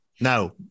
now